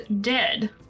dead